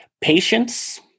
patience